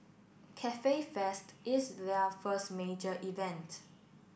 Cafe Fest is their first major event